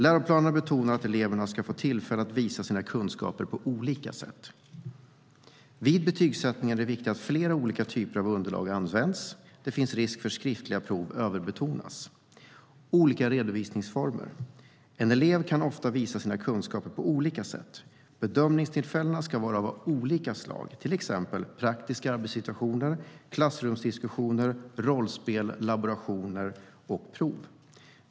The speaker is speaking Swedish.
Läroplanerna betonar att eleverna ska få tillfälle att visa sina kunskaper på olika sätt. Vid betygssättningen är det viktigt att flera olika typer av underlag används. Det finns en risk för att skriftliga prov överbetonas. "Nästa avsnitt heter "olika redovisningsformer", och där står det att en elev ofta kan "visa sina kunskaper på olika sätt. Bedömningstillfällen kan vara av olika slag, till exempel praktiska arbetssituationer, klassrumdiskussioner, rollspel, laborationer och prov.